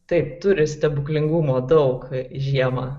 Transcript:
taip turi stebuklingumo daug žiemą